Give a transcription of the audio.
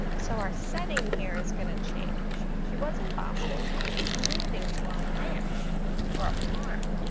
so our setting here is gonna change. she was in boston, now she's moving to a ranch or a farm.